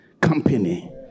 company